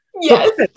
yes